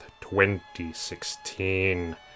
2016